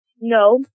No